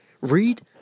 Read